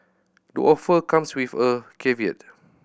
the offer comes with a caveat